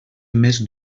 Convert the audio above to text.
més